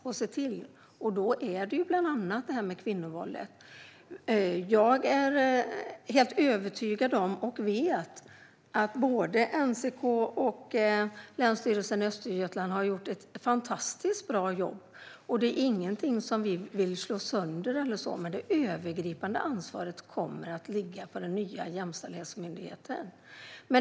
Då handlar det bland annat om kvinnovåldet. Jag är helt övertygad om, och vet, att både NCK och Länsstyrelsen Östergötland har gjort ett fantastiskt bra jobb. Det är ingenting som vi vill slå sönder, men det övergripande ansvaret kommer att ligga på den nya jämställdhetsmyndigheten.